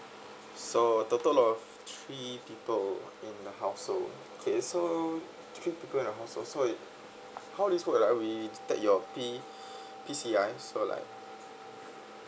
so total of three people in the household okay so three people in the household so it how we take your P PCI so like